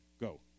go